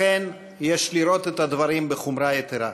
לכן, יש לראות את הדברים בחומרה יתרה.